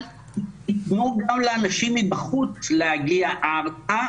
אל תיתנו גם לאנשים מבחוץ להגיע ארצה.